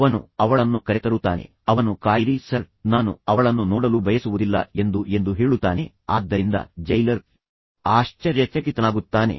ಅವನು ಅವಳನ್ನು ಕರೆತರುತ್ತಾನೆ ಅವನು ಕಾಯಿರಿ ಸರ್ ನಾನು ಅವಳನ್ನು ನೋಡಲು ಬಯಸುವುದಿಲ್ಲ ಎಂದು ಎಂದು ಹೇಳುತ್ತಾನೆ ಆದ್ದರಿಂದ ಜೈಲರ್ ಆಶ್ಚರ್ಯಚಕಿತನಾಗುತ್ತಾನೆ